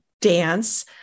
dance